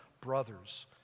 brothers